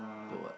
put what